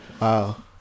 Wow